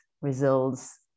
results